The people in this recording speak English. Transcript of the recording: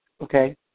okay